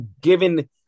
given